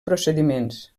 procediments